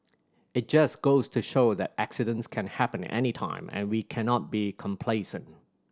it just goes to show that accidents can happen anytime and we cannot be complacent